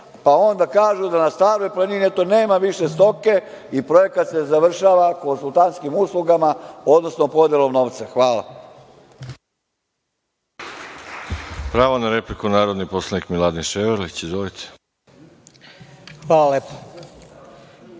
pa onda kažu da na Staroj planini, eto, nema više stoke i projekat se završava konsultantskim uslugama, odnosno podelom novca. Hvala.